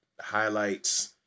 highlights